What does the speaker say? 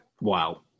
wow